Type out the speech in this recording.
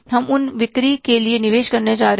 हम उन बिक्री के लिए कितना निवेश करने जा रहे हैं